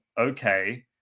Okay